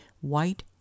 white